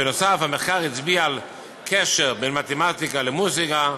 בנוסף, המחקר הצביע על קשר בין מתמטיקה למוזיקה,